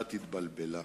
קצת התבלבלה.